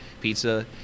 pizza